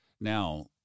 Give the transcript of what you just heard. Now